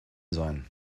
sein